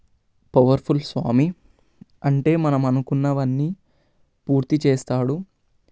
powerful స్వామి అంటే మనం అనుకున్నవి అన్నీ పూర్తి చేస్తాడు